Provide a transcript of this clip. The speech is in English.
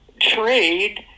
trade